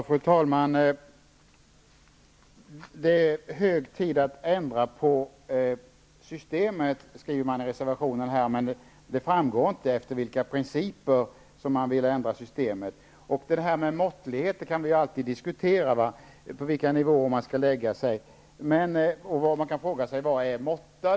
Fru talman! Det är hög tid att ändra på systemet, skriver man i reservationen, men det framgår inte efter vilka principer man vill ändra systemet. Vad som är måttligt, på vilka nivåer man skall lägga sig, är något som vi kan diskutera. Vad är då måtta?